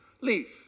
Leave